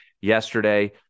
yesterday